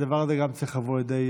הדבר הזה גם צריך לבוא לידי